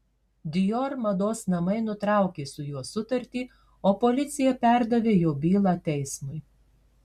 dior mados namai nutraukė su juo sutartį o policija perdavė jo bylą teismui